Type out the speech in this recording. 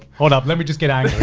hold up, let me just get angry.